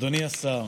אדוני השר,